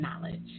knowledge